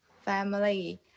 family